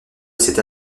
cette